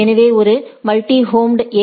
எனவே ஒரு multi home ஏ